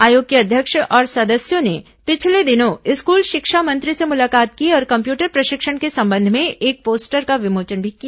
आयोग के अध्यक्ष और सदस्यों ने पिछले दिनों स्कूल शिक्षा मंत्री से मुलाकात की और कम्प्यूटर प्रशिक्षण के संबंध में एक पोस्टर का विमोचन भी किया